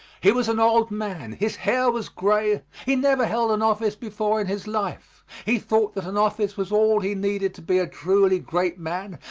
he was an old man, his hair was gray he never held an office before in his life. he thought that an office was all he needed to be a truly great man,